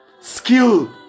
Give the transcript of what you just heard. skill